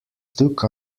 took